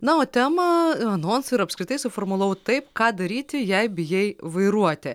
na o temą anonsui ir apskritai suformulavau taip ką daryti jei bijai vairuoti